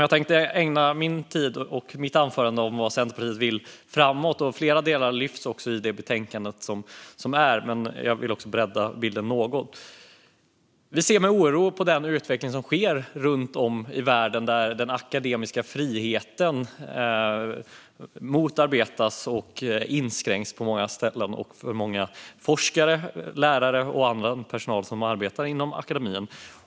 Jag tänkte ägna mitt anförande åt vad Centerpartiet vill framöver. Flera delar har lyfts fram i betänkandet, men jag vill också bredda bilden något. Vi ser med oro på den utveckling som sker runt om i världen, där den akademiska friheten motarbetas och inskränks för många forskare, lärare och annan personal som arbetar inom akademin.